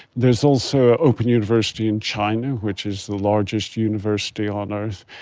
there's also an open university in china which is the largest university on earth,